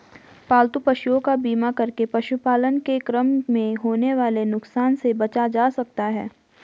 पालतू पशुओं का बीमा करके पशुपालन के क्रम में होने वाले नुकसान से बचा जा सकता है